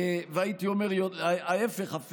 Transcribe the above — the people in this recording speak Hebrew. והייתי אומר אפילו ההפך,